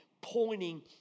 pointing